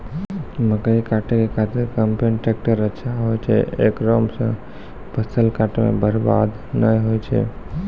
मकई काटै के खातिर कम्पेन टेकटर अच्छा होय छै ऐकरा से फसल काटै मे बरवाद नैय होय छै?